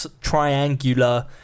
triangular